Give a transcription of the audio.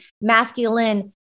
masculine